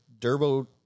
turbo